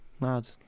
Mad